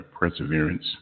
perseverance